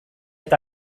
eta